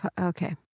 Okay